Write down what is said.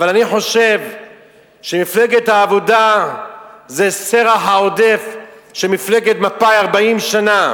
אבל אני חושב שמפלגת העבודה זה סרח העודף של מפלגת מפא"י 40 שנה.